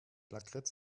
lakritz